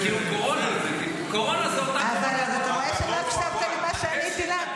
כאילו קורונה זו אותה --- אבל אתה רואה שלא הקשבת למה שעניתי לה?